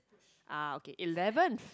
ah okay eleventh